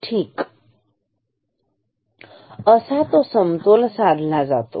ठीक असा तो समतोल साधला जातो